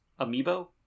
Amiibo